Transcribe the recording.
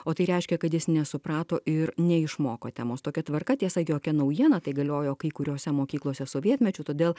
o tai reiškia kad jis nesuprato ir neišmoko temos tokia tvarka tiesa jokia naujiena tai galiojo kai kuriose mokyklose sovietmečiu todėl